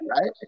Right